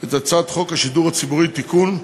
את הצעת חוק השידור הציבורי (תיקון),